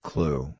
Clue